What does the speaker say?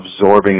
absorbing